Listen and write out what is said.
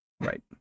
right